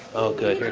good.